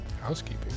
Housekeeping